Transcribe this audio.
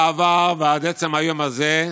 בעבר, ועד עצם היום הזה,